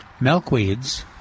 milkweeds